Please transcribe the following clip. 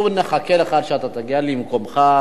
ונחכה לך עד שאתה תגיע למקומך,